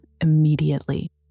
immediately